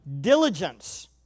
Diligence